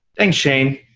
thanks, shane.